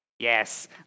Yes